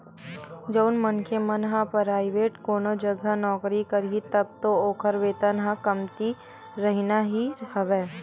जउन मनखे मन ह पराइवेंट कोनो जघा नौकरी करही तब तो ओखर वेतन ह कमती रहिना ही हवय